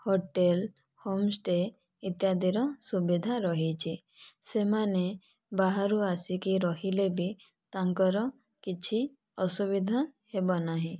hotel home stay ଇତ୍ୟାଦିର ସୁବିଧା ରହିଛି ସେମାନେ ବାହାରୁ ଆସିକି ରହିଲେ ବି ତାଙ୍କର କିଛି ଅସୁବିଧା ହେବ ନାହିଁ